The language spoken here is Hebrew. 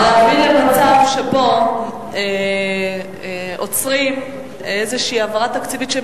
להביא למצב שבו עוצרים איזו העברה תקציבית שהיא